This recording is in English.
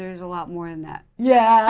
there's a lot more in that yeah